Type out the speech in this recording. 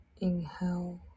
inhale